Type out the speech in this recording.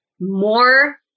more